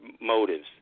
motives